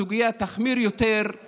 בחודשים הקרובים הסוגיה תחמיר יותר.